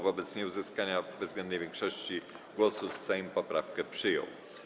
Wobec nieuzyskania bezwzględnej większości głosów Sejm poprawkę przyjął.